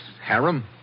harem